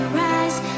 rise